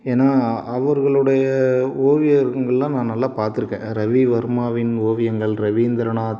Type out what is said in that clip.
ஏன்னால் அவர்களுடைய ஓவியர்ங்களெலாம் நான் நல்லா பார்த்துருக்கேன் ரவிவர்மாவின் ஓவியங்கள் ரவீந்திர நாத்